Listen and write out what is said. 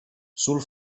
sul